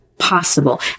Possible